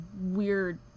weird